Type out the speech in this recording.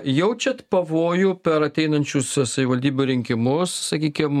jaučiat pavojų per ateinančius savivaldybių rinkimus sakykim